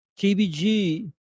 KBG